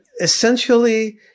essentially